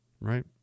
Right